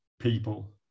people